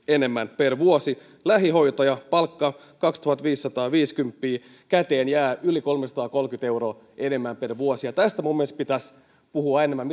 enemmän per vuosi lähihoitaja palkka kaksituhattaviisisataaviisikymmentä käteen jää yli kolmesataakolmekymmentä euroa enemmän per vuosi tästä minun mielestäni pitäisi puhua enemmän